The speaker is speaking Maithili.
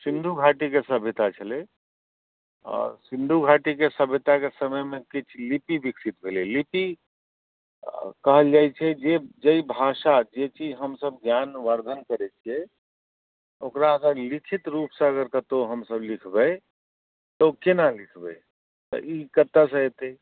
सिन्धु घाटीके सभ्यता छलै आओर सिन्धु घाटीके सभ्यताके समयमे किछु लिपि विकसित भेलै लिपि कहल जाइ छै जे जाहि भाषा जे चीज हमसब ज्ञानवर्धन करै छिए ओकरा अगर लिखित रूपसँ अगर कतहु हमसब लिखबै तऽ ओ कोना लिखबै तऽ ई कतऽसँ अएतै